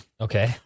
Okay